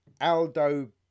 Aldo